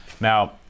Now